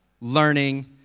learning